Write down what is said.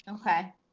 okay